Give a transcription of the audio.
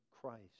Christ